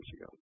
ago